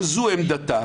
שזו עמדתה.